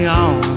on